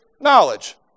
Knowledge